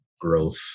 growth